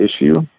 issue